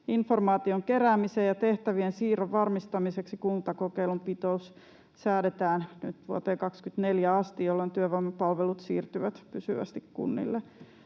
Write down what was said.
Informaation keräämisen ja tehtävien siirron varmistamiseksi kuntakokeilun pituus säädetään nyt vuoteen 24 asti, jolloin työvoimapalvelut siirtyvät pysyvästi kunnille.